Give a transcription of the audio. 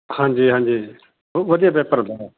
ਹਾਂਜੀ ਹਾਂਜੀ ਉਹ ਵਧੀਆ ਪੇਪਰ ਹੁੰਦਾ